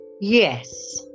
Yes